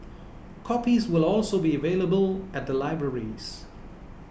copies will also be available at the libraries